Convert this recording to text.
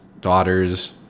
Daughters